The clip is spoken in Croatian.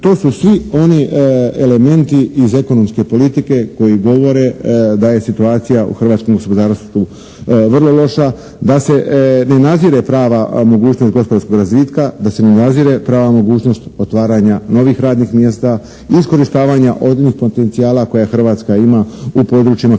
to su svi oni elementi iz ekonomske politike koji govore da je situacija u hrvatskom gospodarstvu vrlo loša, da se ne nazire prava mogućnost gospodarskog razvitka, da se ne nazire prava mogućnost otvaranja novih radnih mjesta, iskorištavanja ozbiljnih potencijala koja Hrvatska ima u područjima kao